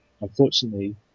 unfortunately